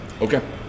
Okay